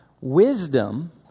Wisdom